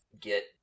get